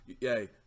yay